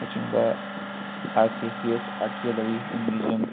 ꯅꯆꯤꯡꯕ R K C S art gallery and museum